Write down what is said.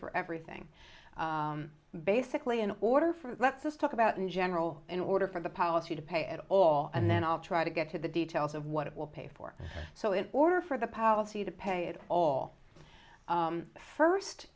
for everything basically in order for let's us talk about in general in order for the policy to pay at all and then i'll try to get to the details of what it will pay for so in order for the policy to pay it all first